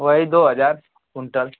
वही दो हजार कुंतल